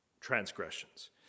transgressions